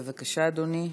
בבקשה, אדוני.